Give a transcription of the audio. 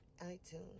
iTunes